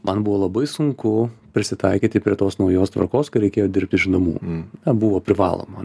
man buvo labai sunku prisitaikyti prie tos naujos tvarkos kai reikėjo dirbti iš namų buvo privaloma